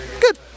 Good